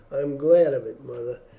i am glad of it, mother.